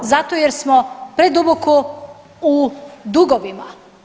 Zato jer smo preduboko u dugovima.